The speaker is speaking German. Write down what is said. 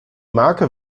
marke